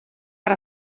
per